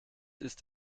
ist